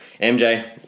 MJ